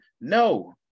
No